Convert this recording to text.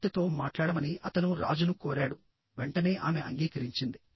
కుమార్తెతో మాట్లాడమని అతను రాజును కోరాడువెంటనే ఆమె అంగీకరించింది